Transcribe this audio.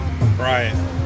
Right